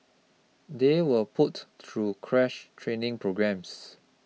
they were put through crash training programmes